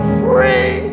free